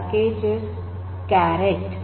packages caret install